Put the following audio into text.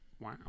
Wow